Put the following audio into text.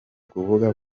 kuvuga